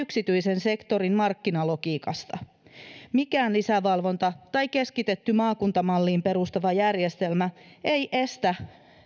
yksityisen sektorin markkinalogiikasta mikään lisävalvonta tai keskitetty maakuntamalliin perustuva järjestelmä ei estä